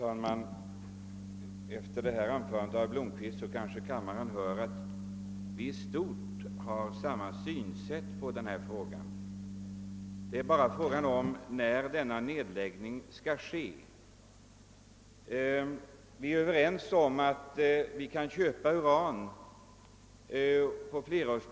Herr talman! Efter herr Blomkvists anförande är väl kammarens ledamöter medvetna om att herr Blomkvist och jag i stort sett har samma syn på denna fråga. Det är bara i fråga om tidpunkten för nedläggningen av verket som vi har olika åsikter.